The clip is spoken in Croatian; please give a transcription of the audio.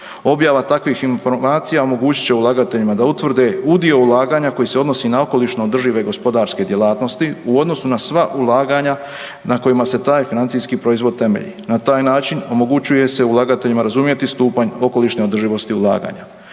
Objava takvih informacija omogućit će ulagateljima da utvrde udio ulaganja koji se odnosi na okolišno održive gospodarske djelatnosti u odnosu na sva ulaganja na kojima se taj financijski proizvod temelji. Na taj način, omogućuje se ulagateljima razumjeti stupanj okolišne održivosti ulaganja.